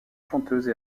chanteuse